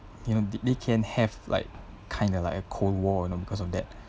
you know they can have like kinda like a cold war you know because of that